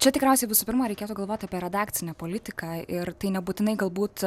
čia tikriausiai visų pirma reikėtų galvot apie redakcinę politiką ir tai nebūtinai galbūt